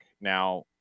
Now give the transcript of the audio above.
Now